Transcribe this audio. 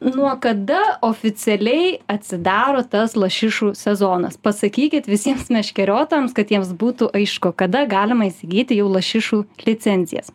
nuo kada oficialiai atsidaro tas lašišų sezonas pasakykit visiems meškeriotojams kad jiems būtų aišku kada galima įsigyti jau lašišų licencijas